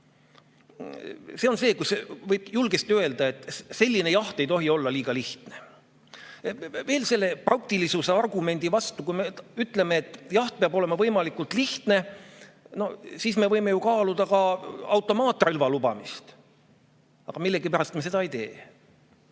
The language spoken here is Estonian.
ellu jääda. Võib julgesti öelda, et selline jaht ei tohi olla liiga lihtne. Selle praktilisuse argumendi vastu, kui me ütleme, et jaht peab olema võimalikult lihtne, saab öelda, et siis me võiksime ju kaaluda ka automaatrelva lubamist. Aga millegipärast me seda ei tee.